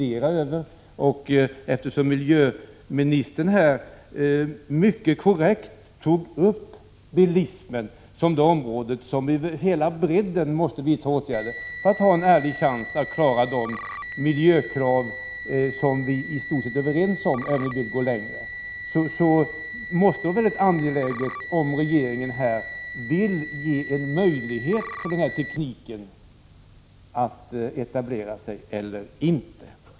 Eftersom miljöministern här mycket korrekt tog upp bilismen som ett område som över hela bredden måste vidta åtgärder för att vi skall ha en ärlig chans att klara miljökraven, och eftersom vi är överens om detta, även om vi vill gå längre, vill jag fråga om regeringen anser det angeläget att ge den nya tekniken med vätesuperoxidblandningen en möjlighet eller inte.